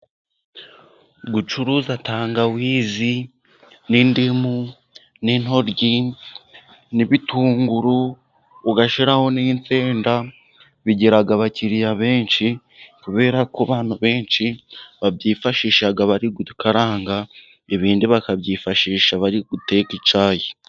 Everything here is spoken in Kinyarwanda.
Gucuruza tangawizi, n'indimu, n'intoryi, n'ibitunguru, ugashyiraho n'insenda bigira abakiriya benshi kubera ko abantu benshi babyifashisha bari gukaranga, ibindi bakabyifashisha bari guteka icyayi.